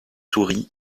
toury